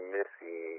Missy